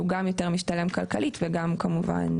שהוא גם יותר משתלם כלכלית וגם כמובן